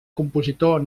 compositor